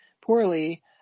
poorly